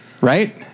Right